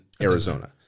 Arizona